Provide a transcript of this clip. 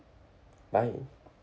bye